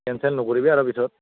cancel নকৰিবি আৰু পিছত